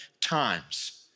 times